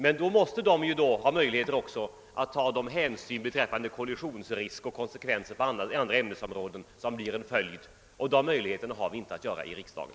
Den måste emellertid i så fall också ha möjlighet att ta hänsyn till kollisionsrisker och konsekvenser på olika ämnesområden som härvid uppstår, och dessa möjligheter har vi inte här i riksdagen.